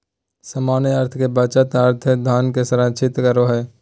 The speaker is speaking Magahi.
सामान्य अर्थ में बचत के अर्थ धन के संरक्षित करो हइ